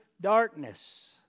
darkness